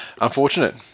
unfortunate